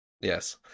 yes